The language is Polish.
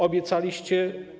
Obiecaliście.